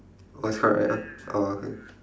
oh it's correct right oh okay